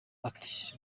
ati